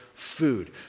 food